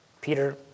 Peter